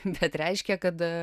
bet reiškia kad